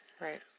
Right